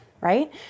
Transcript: right